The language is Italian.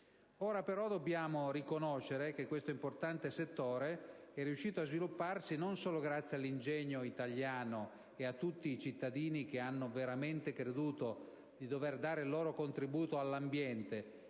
Ora però dobbiamo riconoscere che questo importante settore è riuscito a svilupparsi, non solo grazie all'ingegno italiano e a tutti i cittadini che hanno veramente creduto di dover dare il loro contributo all'ambiente,